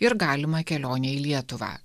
ir galimą kelionę į lietuvą